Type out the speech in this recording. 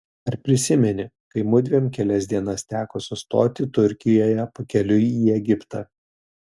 ar prisimeni kai mudviem kelias dienas teko sustoti turkijoje pakeliui į egiptą